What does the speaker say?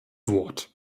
wort